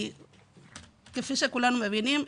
כפי שכולם מבינים,